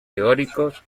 teóricos